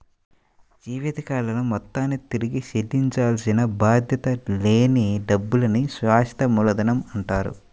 జీవితకాలంలో మొత్తాన్ని తిరిగి చెల్లించాల్సిన బాధ్యత లేని డబ్బుల్ని శాశ్వత మూలధనమంటారు